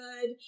good